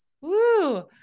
Woo